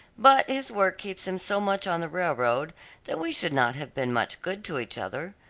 but his work keeps him so much on the railroad that we should not have been much good to each other.